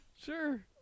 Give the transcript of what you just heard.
Sure